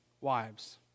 wives